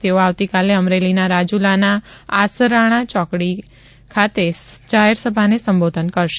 તેઓ આવતીકાલે અમરેલીના રાજુલાના આસરાણા ચોકડીએ સભાને સંબોધન કરશે